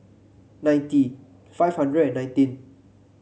ninety five hundred nineteen